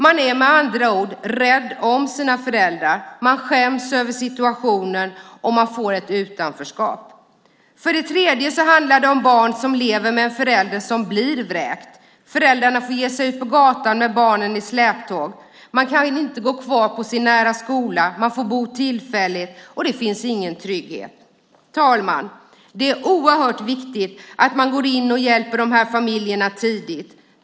Man är med andra ord rädd om sina föräldrar, man skäms över situationen och man får ett utanförskap. För det tredje handlar det om barn som lever med en förälder som blir vräkt. Föräldern får ge sig ut på gatan med barnen i släptåg. Man kanske inte kan gå kvar på den skola man har haft nära. Man får bo tillfälligt. Det finns ingen trygghet. Herr talman! Det är oerhört viktigt att man går in och hjälper de här familjerna tidigt.